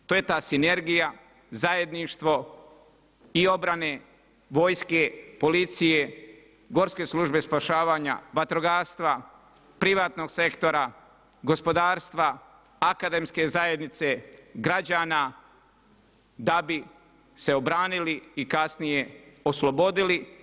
To je ta sinergija, zajedništvo i obrane vojske, policije, Gorske službe spašavanja, vatrogastva, privatnog sektora, gospodarstva, akademske zajednice, građana da bi se obranili i kasnije oslobodili.